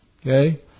Okay